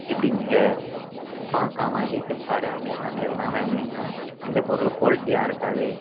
இப்படி நீங்கள் பார்க்காம இப்படி ஃப்ளிப்கார்டு அமேஸானில் எல்லாம் வாங்குனீங்கன்னா எந்த பொருளும் குவாலிட்டியாக இருக்காது